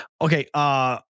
Okay